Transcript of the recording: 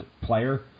player